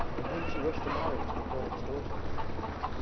and whom she wished to marry to the cornet's daughter, maryanka.